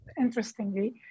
interestingly